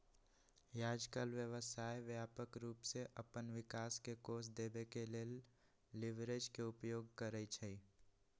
याजकाल व्यवसाय व्यापक रूप से अप्पन विकास के कोष देबे के लेल लिवरेज के उपयोग करइ छइ